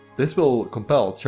this will compile